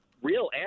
Real